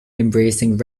embracing